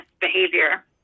behavior